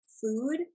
food